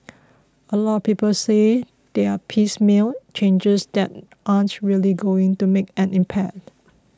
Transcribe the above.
a lot of people say they are piecemeal changes that aren't really going to make an impact